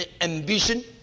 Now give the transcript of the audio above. ambition